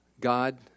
God